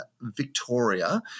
Victoria